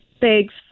Thanks